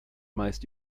meist